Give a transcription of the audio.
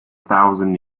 thousand